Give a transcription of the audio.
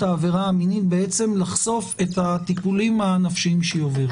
העבירה המינית לחשוף את הטיפולים הנפשיים שהיא עוברת?